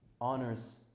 honors